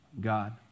God